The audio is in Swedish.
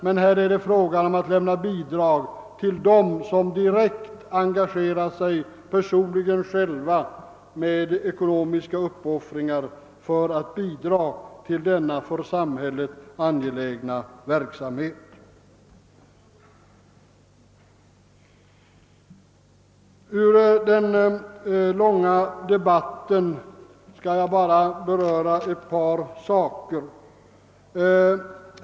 Men här blir avvägningen nu att bidrag lämnas till dem som personligen direkt engagerar sig i denna verksamhet och gör ekonomiska uppoffringar i syfte att bidra till en för samhället angelägen utbildning. Jag skall bara i korthet beröra något som sagts i denna långa debatt.